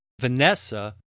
Vanessa